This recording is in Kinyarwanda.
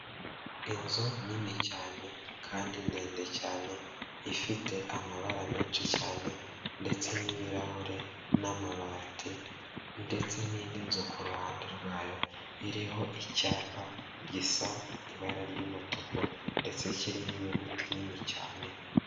Inzu nini cyane kandi ndende cyane, ifite amabara menshi cyane ndetse n'ibirahure n'amabati ndetse n'indi nzu ku ruhande rwayo, iriho icyapa gisa ibara ry'umutuku ndetse kiriho inyuguti nini cyane.